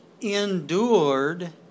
endured